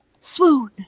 Swoon